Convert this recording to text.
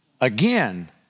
Again